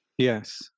Yes